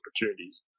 opportunities